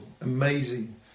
amazing